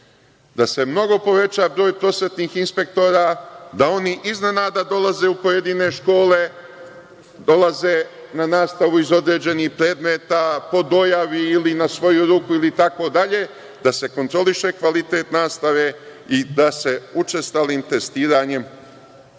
da se mnogo poveća broj prosvetnih inspektora, da oni iznenada dolaze u pojedine škole, dolaze na nastavu iz određenih predmeta, po dojavi ili na svoju ruku, ili drugačije, da se kontroliše kvalitet nastave i da se učestalim testiranjem